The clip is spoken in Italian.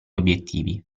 obiettivi